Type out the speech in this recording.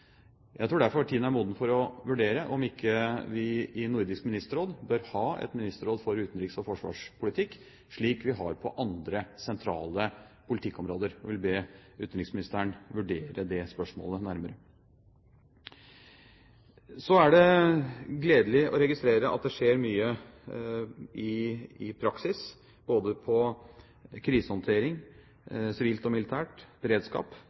Jeg tror derfor tiden er moden for å vurdere om ikke vi i Nordisk Ministerråd bør ha et ministerråd for utenriks- og forsvarspolitikk slik vi har på andre sentrale politikkområder, og vil be utenriksministeren vurdere det spørsmålet nærmere. Så er det gledelig å registrere at det skjer mye i praksis; det gjelder både krisehåndtering, sivilt og militært, beredskap,